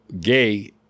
gay